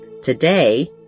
Today